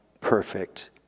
perfect